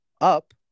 Up